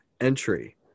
entry